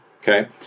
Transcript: Okay